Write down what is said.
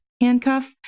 handcuff